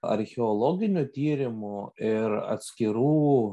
archeologinių tyrimų ir atskirų